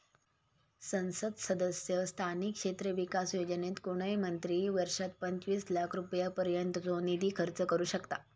संसद सदस्य स्थानिक क्षेत्र विकास योजनेत कोणय मंत्री वर्षात पंचवीस लाख रुपयांपर्यंतचो निधी खर्च करू शकतां